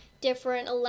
different